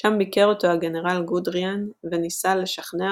שם ביקר אותו הגנרל גודריאן וניסה לשכנע